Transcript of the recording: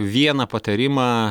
vieną patarimą